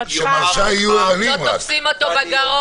אם לא תופסים אותו בגרון.